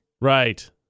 Right